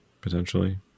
potentially